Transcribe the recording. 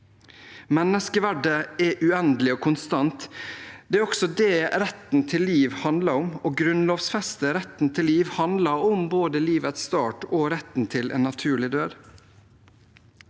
Menneskeverdet er uendelig og konstant. Det er også det retten til liv handler om. Å grunnlovfeste retten til liv handler både om livets start og om retten til en naturlig død.